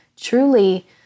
truly